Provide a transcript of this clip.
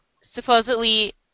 supposedly